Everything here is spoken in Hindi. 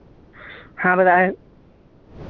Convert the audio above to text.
हाँ बताए